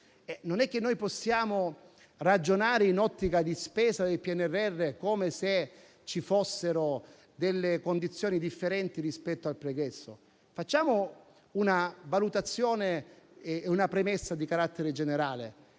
ambito, non possiamo ragionare in ottica di spesa del PNRR come se ci fossero condizioni differenti rispetto al pregresso. Facciamo una valutazione e una premessa di carattere generale: